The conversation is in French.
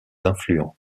affluents